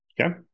Okay